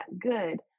good